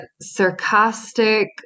sarcastic